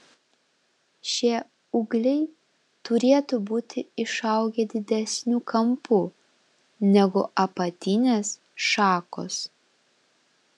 šie ūgliai turėtų būti išaugę didesniu kampu negu apatinės šakos